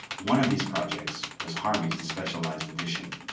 one of these projects was harmy's depsecialized edition.